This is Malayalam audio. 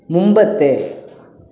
മുമ്പത്തെ